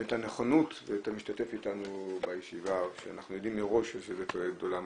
הבעת נכונות ואתה משתתף איתנו בישיבה כשאנחנו יודעים מראש שזה --- אז